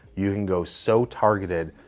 you can go so targeted,